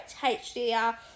HDR